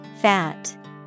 Fat